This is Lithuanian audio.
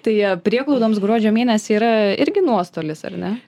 tai prieglaudoms gruodžio mėnesį yra irgi nuostolis ar ne